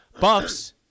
Buffs